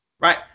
Right